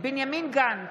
בנימין גנץ,